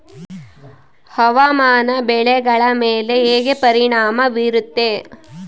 ಹವಾಮಾನ ಬೆಳೆಗಳ ಮೇಲೆ ಹೇಗೆ ಪರಿಣಾಮ ಬೇರುತ್ತೆ?